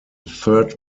third